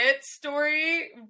story